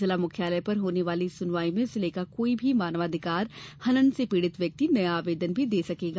जिला मुख्यालय पर होने वाली इस सुनवाई में जिले का कोई भी मानवाधिकार हनन से पीडित व्यक्ति नया आवेदन भी दे सकेगा